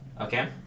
Okay